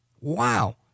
Wow